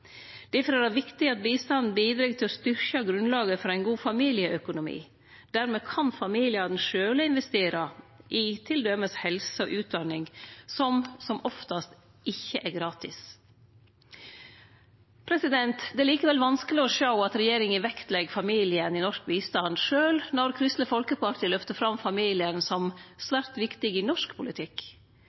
Difor er det viktig at bistanden bidreg til å styrkje grunnlaget for ein god familieøkonomi. Dermed kan familiane sjølve investere i t.d. helse og utdanning, som som oftast ikkje er gratis. Det er likevel vanskeleg å sjå at regjeringa vektlegg familien i norsk bistand, sjølv når Kristeleg Folkeparti løftar fram familien som svært viktig i norsk politikk.